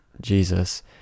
Jesus